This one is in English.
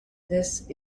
this